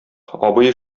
абый